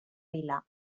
vila